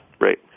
Right